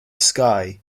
sky